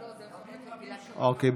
אוקיי.